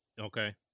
Okay